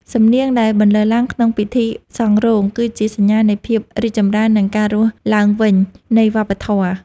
សំនៀងដែលបន្លឺឡើងក្នុងពិធីសង់រោង គឺជាសញ្ញានៃភាពរីកចម្រើន និងការរស់ឡើងវិញនៃវប្បធម៌។